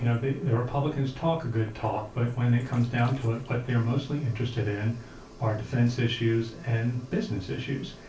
you know the the republicans talk a good talk but when it comes down it what they're mostly interested in are defense issues and business issues.